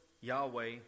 Yahweh